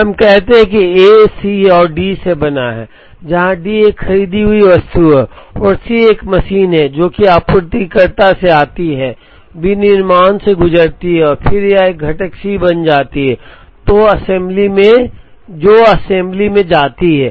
हम कहते हैं कि A C और D से बना है जहाँ D एक खरीदी हुई वस्तु है और C एक मशीन है जो कि आपूर्तिकर्ता से आती है विनिर्माण से गुजरती है और फिर यह एक घटक C बन जाती है जो असेंबली में जाती है